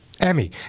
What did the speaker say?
Emmy